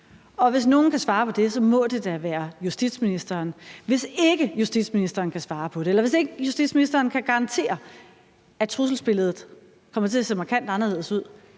Hvis nogen kan svare på det, må det da være justitsministeren, og hvis ikke justitsministeren kan svare på det, eller hvis justitsministeren ikke kan garantere, at trusselsbilledet kommer til at se markant anderledes ud,